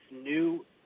new